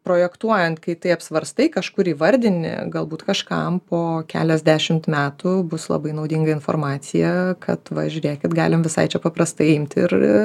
projektuojant kai tai apsvarstai kažkur įvardini galbūt kažkam po keliasdešimt metų bus labai naudinga informacija kad va žiūrėkit galim visai čia paprastai imti ir